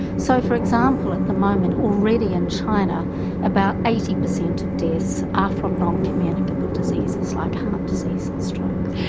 so for example, at the moment already in china about eighty per cent of deaths are from non-communicable diseases like heart disease and stroke.